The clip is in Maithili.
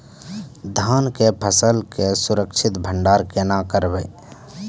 धान के फसल के सुरक्षित भंडारण केना करबै?